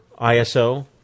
ISO